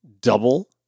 double